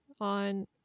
on